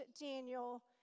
Daniel